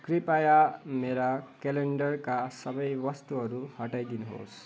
कृपया मेरा क्यालेन्डरका सबै वस्तुहरू हटाइदिनुहोस्